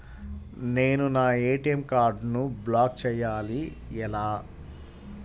నేను నా ఏ.టీ.ఎం కార్డ్ను బ్లాక్ చేయాలి ఎలా?